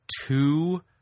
two